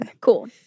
Cool